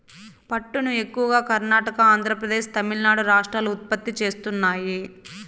పట్టును ఎక్కువగా కర్ణాటక, ఆంద్రప్రదేశ్, తమిళనాడు రాష్ట్రాలు ఉత్పత్తి చేస్తున్నాయి